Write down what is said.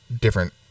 different